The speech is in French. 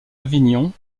avignon